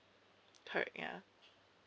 correct ya